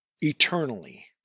eternally